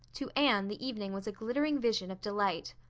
to anne the evening was a glittering vision of delight.